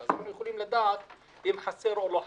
אז יכולים לדעת אם חסר או לא חסר.